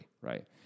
right